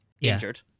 injured